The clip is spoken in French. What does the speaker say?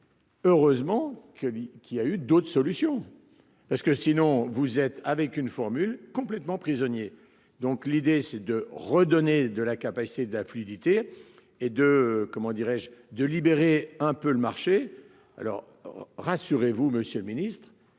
Heureusement que lui qui a eu d'autres solutions parce que sinon vous êtes avec une formule complètement prisonnier. Donc l'idée c'est de redonner de la capacité de la fluidité et de comment dirais-je, de libérer un peu le marché. Alors rassurez-vous Monsieur le Ministre.